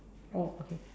oh okay